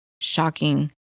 shocking